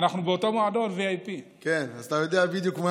אנחנו באותו מועדון VIP. אז אתה יודע בדיוק.